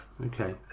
Okay